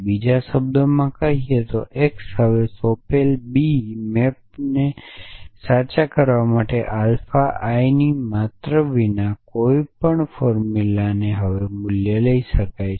બીજા શબ્દોમાં કહીએ તો x હવે સોંપેલ બી મેપને સાચા કરવા માટે આલ્ફા I ની માત્રા વિના કોઈપણ ફોર્મુલાને હવે મૂલ્ય લઈ શકે છે